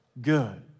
Good